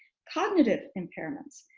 cognitive impairments,